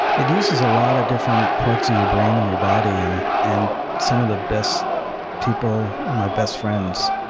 it uses a lot of different parts of your brain and your body, and and some of the best people, my best friends,